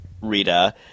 Rita